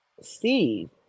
steve